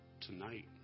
Tonight